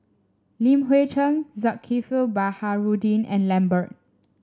Li Hui Cheng Zulkifli Baharudin and Lambert